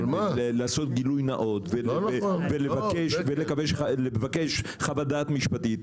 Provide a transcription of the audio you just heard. לעשות גילוי נאות ולבקש חוות דעת משפטית,